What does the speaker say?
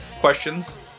questions